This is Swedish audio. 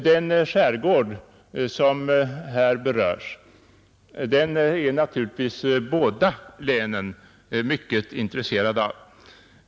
Den skärgård som här berörs är naturligtvis båda länen mycket intresserade av.